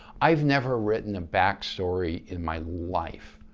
i've never written backstory in my life,